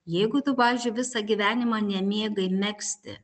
jeigu tu pavyzdžiui visą gyvenimą nemėgai megzti